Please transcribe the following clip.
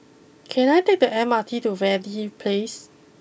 can I take the M R T to Verde place